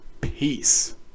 peace